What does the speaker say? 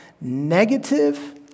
negative